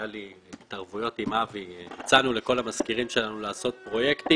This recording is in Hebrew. היו לי התערבויות עם אבי והצענו לכל המשכירים שלנו לעשות פרויקטים.